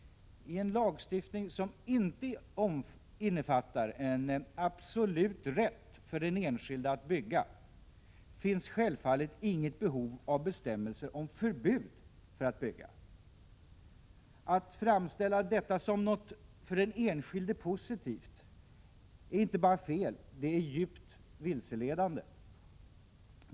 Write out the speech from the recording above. I en lagstiftning som inte innefattar en absolut rätt för den enskilde att bygga finns självfallet inget behov av bestämmelser om förbud mot att bygga. Att framställa detta som något för den enskilde positivt är inte bara fel — det är också djupt vilseledande.